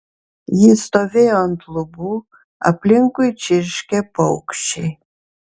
ji stovėjo ant lubų aplinkui čirškė paukščiai